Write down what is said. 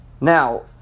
Now